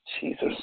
Jesus